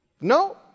No